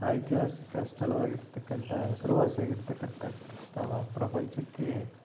ಐತಿಹಾಸಿಕ ಸ್ಥಳವಾಗಿರ್ತಕ್ಕಂತಹ ಹೆಸರುವಾಸಿಯಾಗಿರ್ತಕ್ಕಂತಹ ಅಥವಾ ಪ್ರಪಂಚಕ್ಕೆ